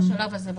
בשלב הזה לא.